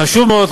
חשוב מאוד,